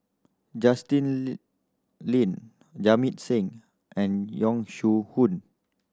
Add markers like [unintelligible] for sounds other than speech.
Justin [unintelligible] Lean Jamit Singh and Yong Shu Hoong